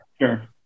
sure